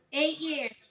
eight years,